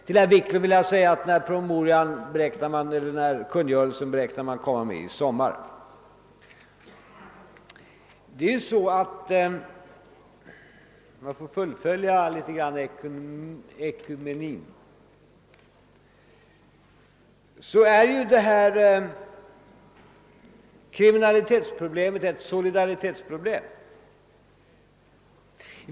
Till herr Wiklund i Stockholm vill jag säga att man beräknar att utfärda den aktuella kungörelsen i sommar. Om jag i någon mån får fullfölja det ekumeniska resonemanget, så vill jag säga att detta kriminalitetsproblem är ett solidaritetsproblem.